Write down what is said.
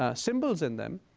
ah symbols in them.